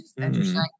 interesting